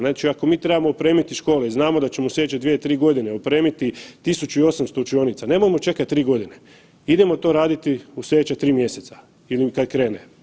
Znači ako mi trebamo opremiti škole i znamo da ćemo u slijedeće 2, 3 godine opremiti 1.800 učionica nemojmo čekati 3 godine, idemo to raditi u slijedeća 3 mjeseca ili kad krene.